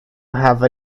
have